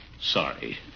sorry